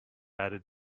added